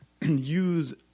use